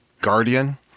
Guardian